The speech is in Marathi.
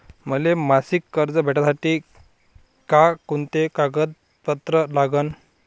मले मासिक कर्ज भेटासाठी का कुंते कागदपत्र लागन?